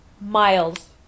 Miles